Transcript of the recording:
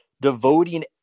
devoting